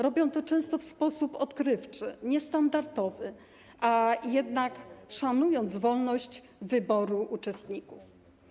Robią to często w sposób odkrywczy, niestandardowy, a jednak szanując wolność wyboru uczestników.